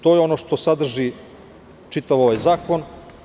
To je ono što sadrži čitav ovaj zakon.